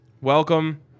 Welcome